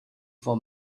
for